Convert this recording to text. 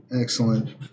Excellent